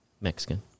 Mexican